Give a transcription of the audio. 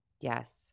Yes